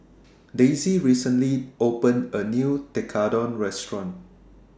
Daisy recently opened A New Tekkadon Restaurant